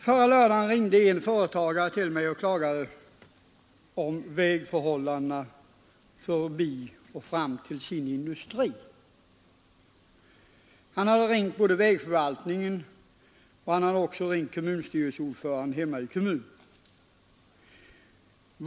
Förra lördagen ringde en företagare till mig och klagade över vägen förbi och fram till sin industri. Han hade ringt både till vägförvaltningen och till ordföranden i kommunstyrelsen.